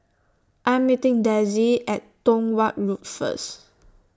I Am meeting Desi At Tong Watt Road First